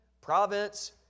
province